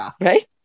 Right